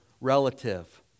relative